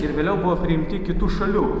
ir vėliau buvo priimti kitų šalių